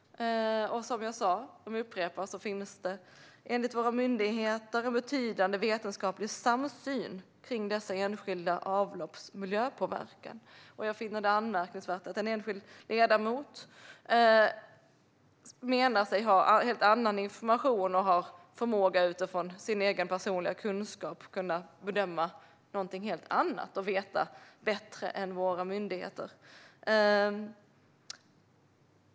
Som jag sa finns det enligt våra myndigheter en betydande vetenskaplig samsyn om dessa enskilda avlopps miljöpåverkan. Jag finner det därför anmärkningsvärt att en enskild ledamot anser sig ha en helt annan information och en förmåga att utifrån sin egen personliga kunskap kunna bedöma detta och veta bättre än våra myndigheter.